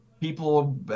people